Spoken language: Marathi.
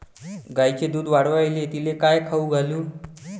गायीचं दुध वाढवायले तिले काय खाऊ घालू?